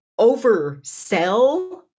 oversell